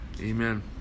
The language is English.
amen